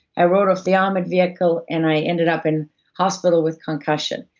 i rolled off the armored vehicle and i ended up in hospital with concussion.